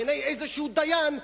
בעיני דיין כלשהו,